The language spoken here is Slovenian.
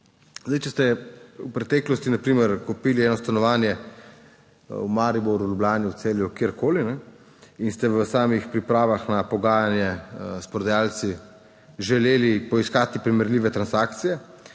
Zdaj, če ste v preteklosti na primer kupili eno stanovanje v Mariboru, v Ljubljani, v Celju, kjerkoli in ste v samih pripravah na pogajanja s prodajalci želeli poiskati primerljive transakcije